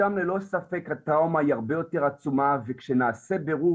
שם ללא ספק הטראומה היא הרבה יותר עצומה וכשנעשה בירור